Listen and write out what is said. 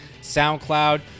SoundCloud